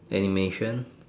animation